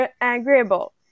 agreeable